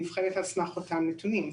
נבחנת על סמך אותם נתונים.